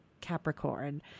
Capricorn